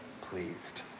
pleased